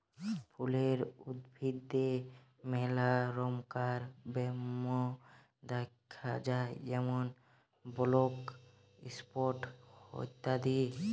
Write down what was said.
ফুলের উদ্ভিদে মেলা রমকার ব্যামো দ্যাখা যায় যেমন ব্ল্যাক স্পট ইত্যাদি